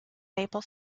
maple